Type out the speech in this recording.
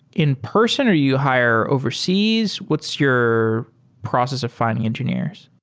in-person or you higher overseas? what's your process of fi nding engineers?